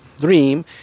dream